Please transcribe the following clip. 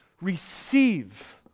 receive